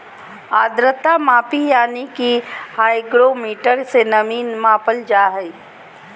आद्रता मापी यानी कि हाइग्रोमीटर से नमी मापल जा हय